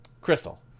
Crystal